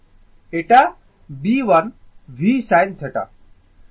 এটা Bl v sin θ হবে